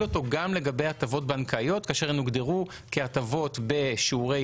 אותו גם לגבי הטבות בנקאיות כאשר הן הוגדרו כהטבות בשיעורי